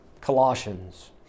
Colossians